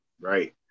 right